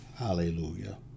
Hallelujah